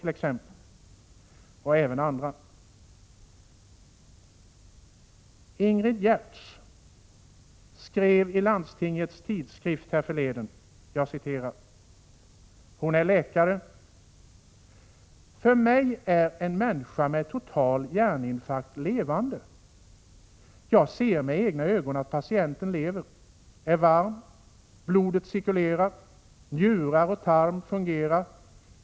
Ingrid Gertz, som är läkare, skrev i landstingens tidskrift härförleden: ”För mig är en människa med total hjärninfarkt levande. Jag ser med egna ögon att patienten lever, är varm, blodet cirkulerar, njurar och tarm fungerar.